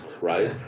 right